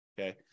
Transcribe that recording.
okay